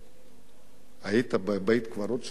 היית בבית-הקברות הצבאי?